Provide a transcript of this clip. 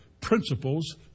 principles